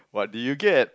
what did you get